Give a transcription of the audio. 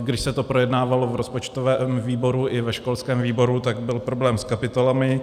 Když se to projednávalo v rozpočtovém výboru i ve školském výboru, tak byl problém s kapitolami.